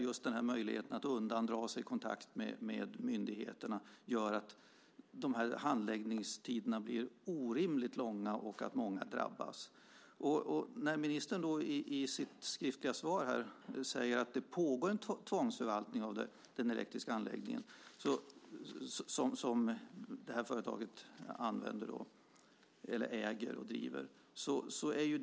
Just möjligheten att undandra sig kontakt med myndigheterna gör att handläggningstiderna blir orimligt långa och att många drabbas. Ministern säger i sitt skriftliga svar att det pågår en tvångsförvaltning av den elektriska anläggning som det här företaget äger och driver.